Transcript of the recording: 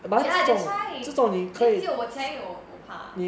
ya that's why then 就有我才有我怕